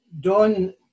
Don